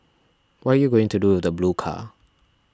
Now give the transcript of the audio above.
what are you going to do with the blue car